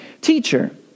Teacher